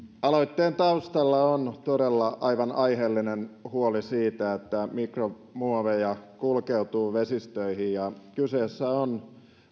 aloitteen taustalla on todella aivan aiheellinen huoli siitä että mikromuoveja kulkeutuu vesistöihin ja kyseessä on